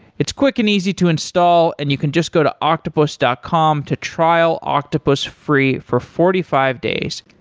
it's quick and easy to install and you can just go to octopus dot com to trial octopus free for forty five days.